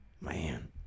Man